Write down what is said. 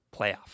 playoff